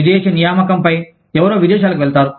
విదేశీ నియామకంపై ఎవరో విదేశాలకు వెళతారు